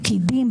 פקידים,